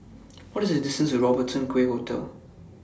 What IS The distance to Robertson Quay Hotel